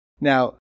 Now